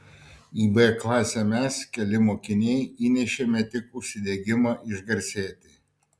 į b klasę mes keli mokiniai įnešėme tik užsidegimą išgarsėti